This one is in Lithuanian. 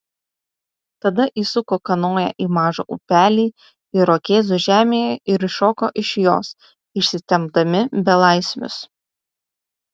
tada įsuko kanoją į mažą upelį irokėzų žemėje ir iššoko iš jos išsitempdami belaisvius